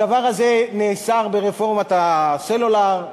הדבר הזה נאסר ברפורמת הסלולר.